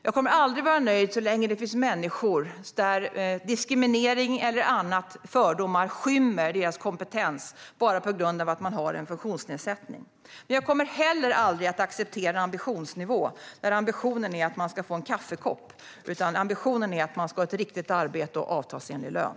Jag kommer aldrig att vara nöjd så länge det finns människor vars kompetens skyms av diskriminering eller andra fördomar bara på grund av att de har en funktionsnedsättning. Jag kommer heller aldrig att acceptera en ambitionsnivå där ambitionen är att man ska få en kaffekopp. Ambitionen är att man ska ha ett riktigt arbete och avtalsenlig lön.